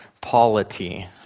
polity